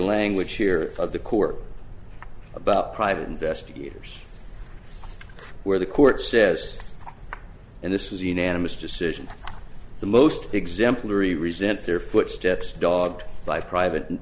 language here of the court about private investigators where the court says and this is a unanimous decision the most exemplary resent their footsteps dogged by private